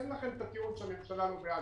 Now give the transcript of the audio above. אין לכם את הטיעון שהממשלה לא בעד,